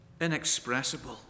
Inexpressible